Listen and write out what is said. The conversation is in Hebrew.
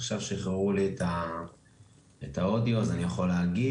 עכשיו שחררו לי את האודיו אז אני יכול להגיב.